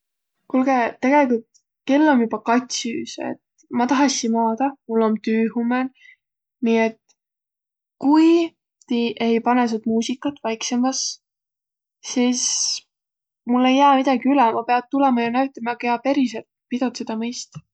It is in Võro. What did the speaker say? Kuulgõ, tegeligult et kell om joba kats üüse. Et ma tahassiq maadaq, mul om tüü hummõn. Nii et kui ti ei panõq sjood muusikat vaiksõmbas, sis mul ei jääq midägi üle, ma piät tulõma ja näütämä, kiä periselt pidotsõdaq mõist.